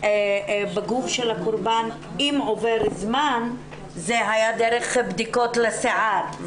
בגוף של הקורבן אם עובר זמן היה דרך בדיקות לשיער.